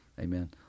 Amen